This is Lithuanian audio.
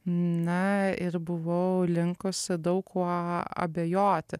na ir buvau linkusi daug kuo abejoti